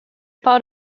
part